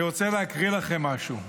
אני רוצה להקריא לכם משהו.